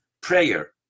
prayer